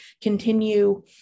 continue